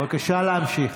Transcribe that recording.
בבקשה להמשיך.